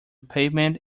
pavement